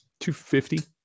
$250